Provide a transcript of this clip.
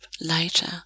later